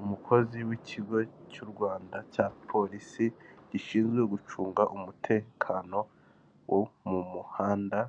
Umukozi w'ikigo cy'u Rwanda cya polisi gishinzwe gucunga umutekano wo mu muhanda